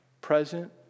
present